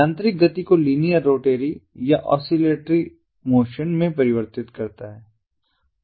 यांत्रिक गति को लीनियर रोटरी या ऑस्किलेटरी मोशन में परिवर्तित किया जाता है